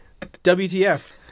WTF